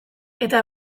eta